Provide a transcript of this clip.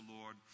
Lord